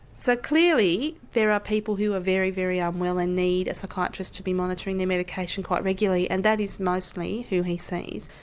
so clearly there are people who are very, very unwell and need a psychiatrist to be monitoring their medication quite regularly and that is mostly who he sees.